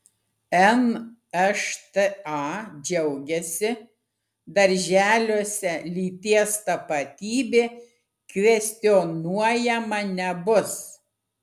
nšta džiaugiasi darželiuose lyties tapatybė kvestionuojama nebus